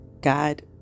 God